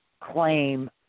claim